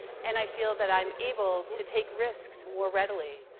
and i feel that i am able to take risks more readily.